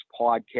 podcast